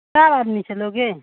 चार आदमी चलोगे